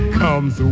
comes